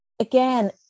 again